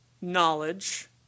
knowledge